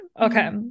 Okay